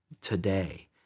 today